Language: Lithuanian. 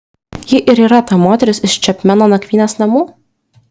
ji ir yra ta moteris iš čepmeno nakvynės namų